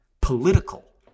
political